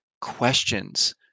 questions